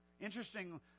Interesting